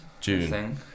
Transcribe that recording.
June